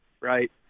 right